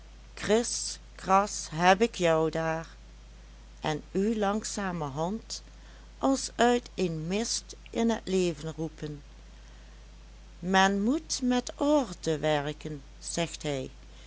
kras heb ik jou daar en u langzamerhand als uit een mist in het leven roepen men moet met orde werken zegt hij